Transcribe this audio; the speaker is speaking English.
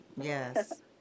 yes